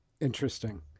Interesting